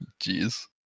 Jeez